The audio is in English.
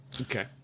Okay